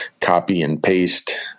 copy-and-paste